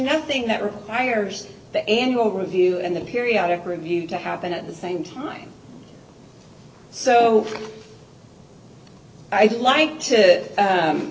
nothing that requires the annual review and the periodic review to happen at the same time so i'd like to